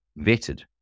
vetted